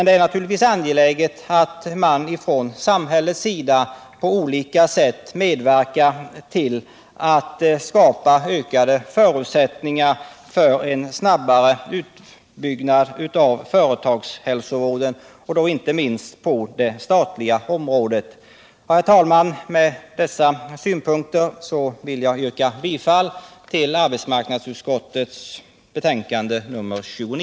Det är angeläget att samhället på olika sätt medverkar till att skapa ökade förutsättningar för en snabbare utbyggnad av företagshälsovården, inte minst på det statliga området. Herr talman! Med dessa synpunkter vill jag yrka bifall till utskottets hemställan.